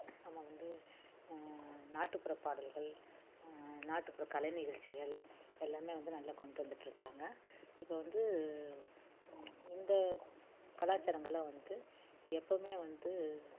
நம்ம வந்து நாட்டுப்புற பாடல்கள் நாட்டுப்புற கலை நிகழ்ச்சிகள் எல்லாமே வந்து நல்லா கொண்டு வந்துகிட்ருக்காங்க இப்போ வந்து இந்த கலாச்சாரங்கள்லாம் வந்து எப்பவுமே வந்து